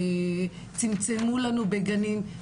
צמצמו לנו בגנים,